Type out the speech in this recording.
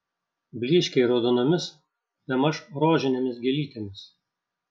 blyškiai raudonomis bemaž rožinėmis gėlytėmis